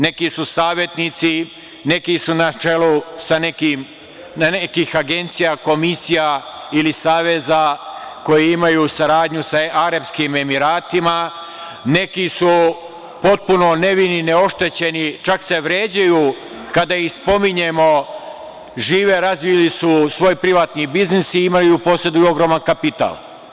Neki su savetnici, neki su na čelu nekih agencija, komisija ili saveza koji imaju saradnju sa Arapskim emiratima, neki su potpuno nevini, neoštećeni, čak se vređaju kada ih spominjemo, žive, razvili su svoj privatni biznis i imaju, poseduju ogroman kapital.